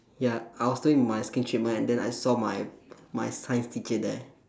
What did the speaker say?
ya I was doing my skin treatment and then I saw my my science teacher there